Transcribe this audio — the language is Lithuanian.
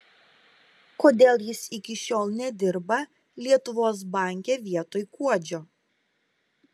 kodėl jis iki šiol nedirba lietuvos banke vietoj kuodžio